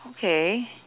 okay